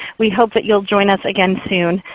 we hope that you'll join us again soon.